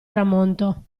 tramonto